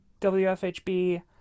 WFHB